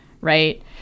right